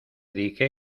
dije